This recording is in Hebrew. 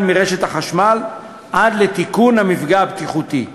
מרשת החשמל עד לתיקון המפגע הבטיחותי.